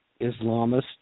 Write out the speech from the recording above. Islamist